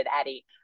Eddie